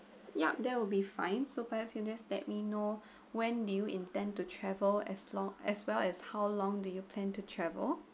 yup that will be fine so perhaps you just let me know when do you intend to travel as long as well as how long do you plan to travel